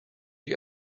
die